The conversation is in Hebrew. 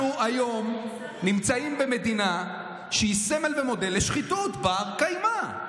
אנחנו היום נמצאים במדינה שהיא סמל ומודל לשחיתות בת-קיימא.